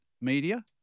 media